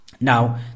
Now